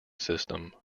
system